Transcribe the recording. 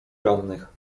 rannych